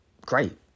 great